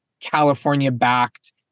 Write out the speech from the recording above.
California-backed